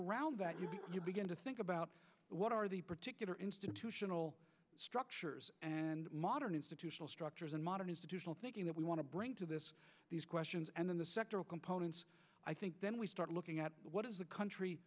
around that you do you begin to think about what are the particular institutional structures and modern institutional structures in modern institutional thinking that we want to bring to the these questions and in the sectoral components i think then we start looking at what is the country